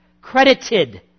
credited